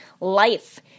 life